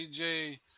DJ